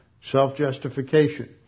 self-justification